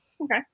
Okay